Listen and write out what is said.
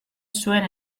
zuen